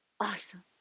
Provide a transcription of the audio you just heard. Awesome